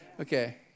Okay